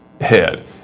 head